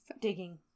Digging